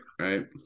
right